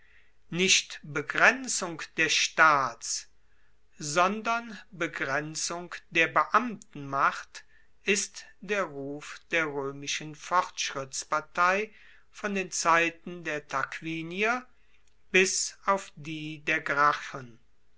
nicht begrenzung der staats sondern begrenzung der beamtenmacht ist der ruf der roemischen fortschrittspartei von den zeiten der tarquinier bis auf die der gracchen